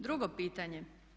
Drugo pitanje.